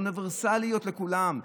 אוניברסליות לכולם,